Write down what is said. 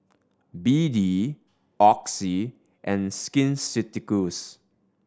B D Oxy and Skin Ceuticals